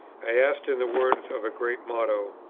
i asked, in the words of a great motto,